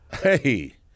hey